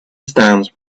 stands